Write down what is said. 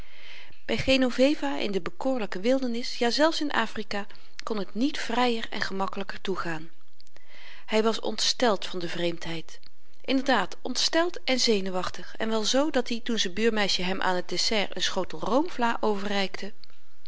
by genoveva in de bekoorlyke wildernis jazelfs in afrika kon t niet vryer en gemakkelyker toegaan hy was ontsteld van de vreemdheid inderdaad ontsteld en zenuwachtig en wel z dat-i toen z'n buurmeisje hem aan t dessert n schotel roomvlâ overreikte